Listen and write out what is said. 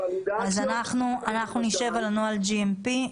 אנחנו נשב יחד על נוהל GMP,